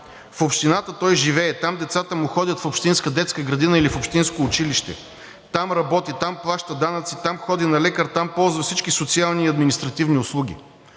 в общината той живее, там децата му ходят в общинска детска градина или в общинско училище, там работи, там плаща данъци, там ходи на лекар, там ползва всички социални и административни услуги.